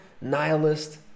nihilist